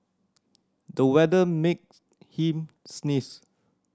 the weather made him sneeze